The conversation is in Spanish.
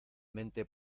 mente